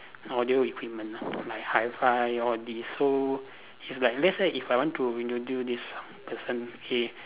audio equipment lah like Hi-Fi all this so if like let's say if I want to introduce this person okay